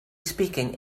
speaking